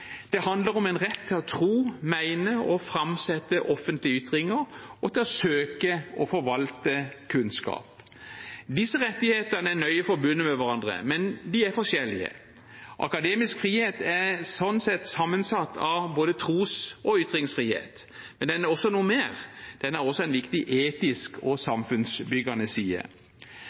Det handler om en rett til å tro, mene og framsette offentlige ytringer og til å søke og forvalte kunnskap. Disse rettighetene er nøye forbundet med hverandre, men de er forskjellige. Akademisk frihet er sånn sett sammensatt av både tros- og ytringsfrihet. Men den har også noe mer. Den har også en viktig etisk og samfunnsbyggende side.